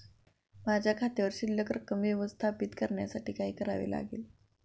माझ्या खात्यावर शिल्लक रक्कम व्यवस्थापित करण्यासाठी काय करावे लागेल?